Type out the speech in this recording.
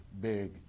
big